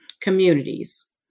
communities